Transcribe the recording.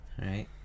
Right